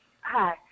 Hi